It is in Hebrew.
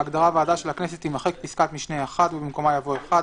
בהגדרת "ועדה של הכנסת" תימחק פסקת משנה (1) ובמקומה יבוא: "(1)